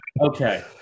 Okay